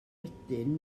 wedyn